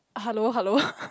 hello hello